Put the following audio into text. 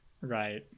right